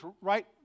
right